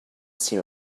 seem